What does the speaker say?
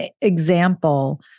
example